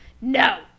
No